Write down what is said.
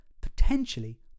potentially